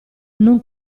non